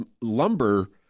lumber